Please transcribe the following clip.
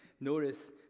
notice